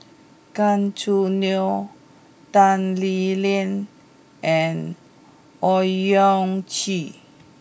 Gan Choo Neo Tan Lee Leng and Owyang Chi